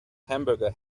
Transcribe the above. hamburger